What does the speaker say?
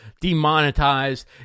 demonetized